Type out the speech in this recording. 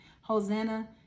Hosanna